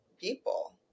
people